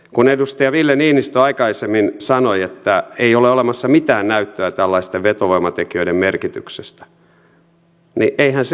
kun edustaja ville niinistö aikaisemmin sanoi että ei ole olemassa mitään näyttöä tällaisten vetovoimatekijöiden merkityksestä niin eihän se ole totta